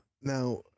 Now